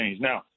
Now